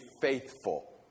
faithful